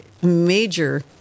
Major